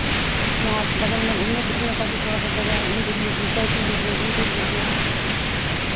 यहाँ बगल में घूमने फिरने का भी थोड़ा सा जगह घूम फिर लीजिए चाय पी लीजिए घूम फिर लीजिए